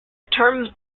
term